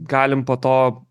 galim po to